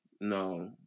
no